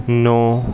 नौ